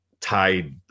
tied